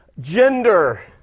Gender